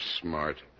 smart